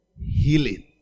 healing